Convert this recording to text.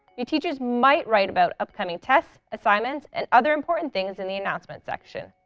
your teachers might write about upcoming tests, assignments, and other important things in the announcements section.